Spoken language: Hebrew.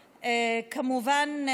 כמובן,